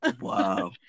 Wow